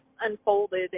unfolded